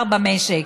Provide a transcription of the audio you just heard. לשכר הממוצע במשק.